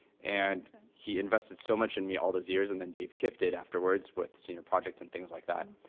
and he invested so much in me all those years. and then dave kiff did afterwards with senior projects and things like that.